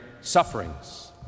sufferings